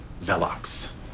velox